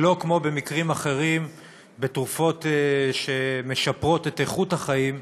שלא כמו במקרים אחרים בתרופות שמשפרות את איכות החיים,